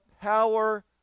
power